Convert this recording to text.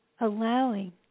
allowing